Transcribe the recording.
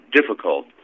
difficult